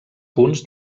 punts